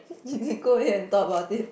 you you go and talk about it